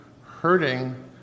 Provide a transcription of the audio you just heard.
hurting